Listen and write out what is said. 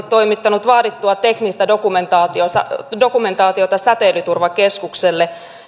toimittanut vaadittua teknistä dokumentaatiota dokumentaatiota säteilyturvakeskukselle